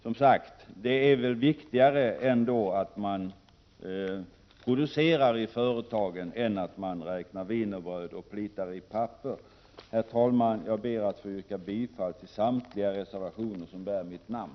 Det är väl ändå som sagt viktigare att man i företagen producerar än att man räknar wienerbröd och plitar i papper. Herr talman! Jag ber att få yrka bifall till samtliga reservationer som bär mitt namn.